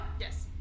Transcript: Yes